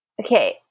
Okay